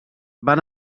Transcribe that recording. van